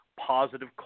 positive